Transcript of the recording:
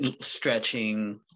Stretching